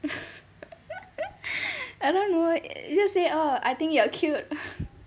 I don't know you just say oh I think you are cute